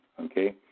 Okay